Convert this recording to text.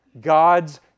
God's